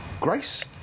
Grace